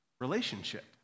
relationship